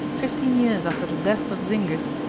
fifteen years after the death of zingis,